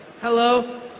Hello